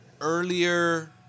earlier